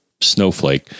snowflake